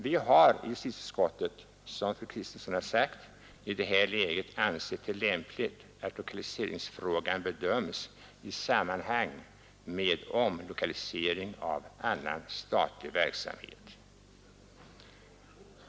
Vi har i justitieutskottet, som fru Kristensson har sagt, i detta läge ansett det lämpligt att lokaliseringsfrågan bedöms i sammanhang med omlokalisering av annan statlig verksamhet.